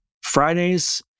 Fridays